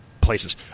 places